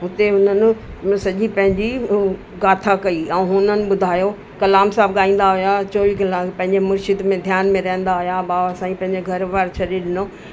हुते हुननि हूअ सॼी पंहिंजी उहा गाथा कई ऐं हुननि ॿुधायो कलाम साहिबु ॻाईंदा हुआ चोवीह कलाक पंहिंजे मुर्शिद में ध्यान में रहंदा हुआ बाबा साहिबु पंहिंजो घरु बार छॾे ॾिनो